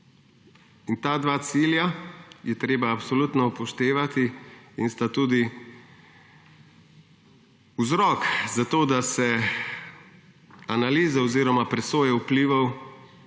Ta dva cilja je treba absolutno upoštevati in sta tudi vzrok za to, da se analiza oziroma presoja vplivov